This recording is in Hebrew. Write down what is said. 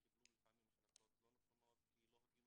לפעמים קיבלו החלטות לא נכונות כי לא הבינו